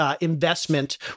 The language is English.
investment